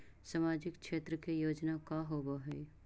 सामाजिक क्षेत्र के योजना का होव हइ?